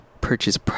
purchase